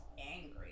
angry